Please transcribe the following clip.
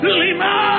lima